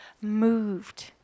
moved